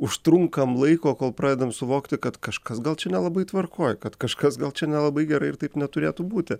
užtrunkam laiko kol pradedam suvokti kad kažkas gal čia nelabai tvarkoj kad kažkas gal čia nelabai gerai ir taip neturėtų būti